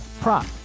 prop